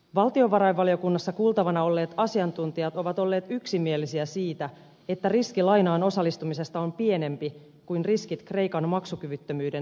valtiovarainvaliokunnassa kuultavina olleet asiantuntijat ovat olleet yksimielisiä siitä että riski lainaan osallistumisesta on pienempi kuin riskit kreikan maksukyvyttömyyden seurauksista